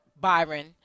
Byron